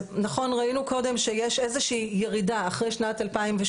אז נכון ראינו קודם שיש איזושהי ירידה אחרי שנת 2017,